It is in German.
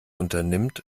unternimmt